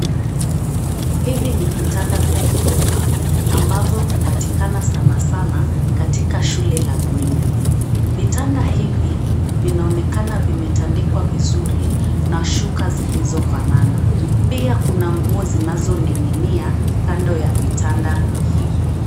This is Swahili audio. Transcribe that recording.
Hivi ni vitanda vya ghorofa ambavyo hupatikana sana sana katika shule la bweni, vitanda hivi vinaoneka vimetandikwa vizuri na shuka zilizofanana. Pia kuna nguo zinazoning'inia kando ya vitanda hivi.